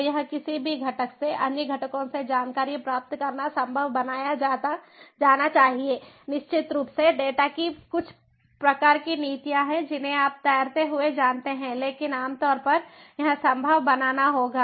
तो यह किसी भी घटक से अन्य घटकों से जानकारी प्राप्त करना संभव बनाया जाना चाहिए निश्चित रूप से डेटा की कुछ प्रकार की नीतियां हैं जिन्हें आप तैरते हुए जानते हैं लेकिन आमतौर पर यह संभव बनाना होगा